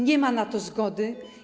Nie ma na to zgody.